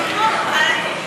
אלא זה פיתוח ראייתי,